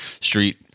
Street